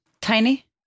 tiny